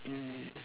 mm